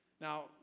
Now